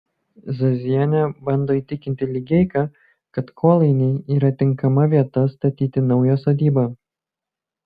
zazienė bando įtikinti ligeiką kad kolainiai yra tinkama vieta statyti naują sodybą